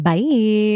Bye